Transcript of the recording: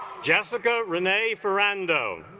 jessica renee ferrando